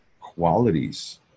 qualities